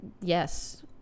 yes